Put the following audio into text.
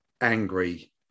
angry –